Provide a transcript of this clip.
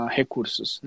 recursos